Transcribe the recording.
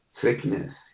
sickness